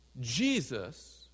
Jesus